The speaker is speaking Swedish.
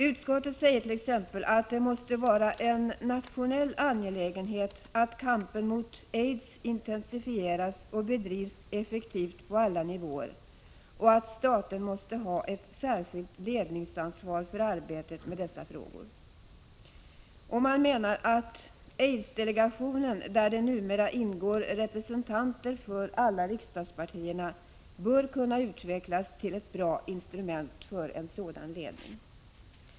Utskottet säger t.ex. att det måste vara en nationell angelägenhet att kampen mot aids intensifieras och bedrivs effektivt på alla nivåer och att staten måste ha ett särskilt ledningsansvar för arbetet med 15 Prot. 1985/86:109 dessa frågor. Man menar att aidsdelegationen, där det numera ingår representanter för alla riksdagspartierna, bör kunna utvecklas till ett bra instrument för en sådan ledning.